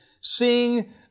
seeing